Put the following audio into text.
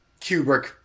Kubrick